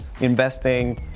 Investing